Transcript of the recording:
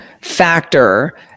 factor